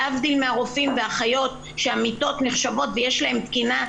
להבדיל מהרופאים והאחיות שעמיתות נחשבות שיש להן תקינה,